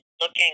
looking